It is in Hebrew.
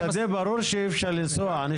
ברור שאי אפשר לנסוע על שדה.